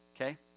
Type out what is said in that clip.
Okay